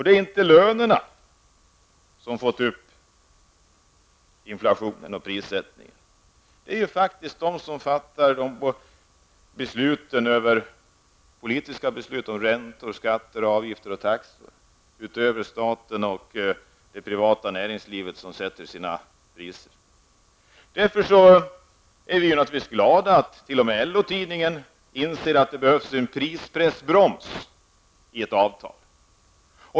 Det är inte lönerna som drivit upp inflationen och priserna, utan de som fattar de politiska besluten om räntor, skatter, avgifter och taxor, förutom staten och det privata näringslivet som sätter sina priser. Därför är vi naturligtvis glada att t.o.m. LO tidningen inser att det krävs en prispressbroms i ett avtal.